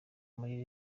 muri